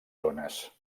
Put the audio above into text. zones